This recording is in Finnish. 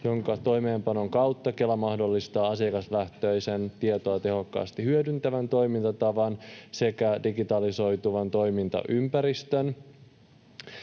jonka toimeenpanon kautta Kela mahdollistaa asiakaslähtöisen, tietoa tehokkaasti hyödyntävän toimintatavan sekä digitalisoituvan toimintaympäristön.